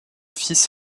fils